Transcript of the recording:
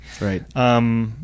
Right